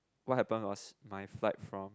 what happen was my flight from